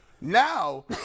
Now